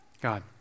God